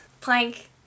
plank